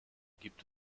gibt